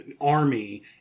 army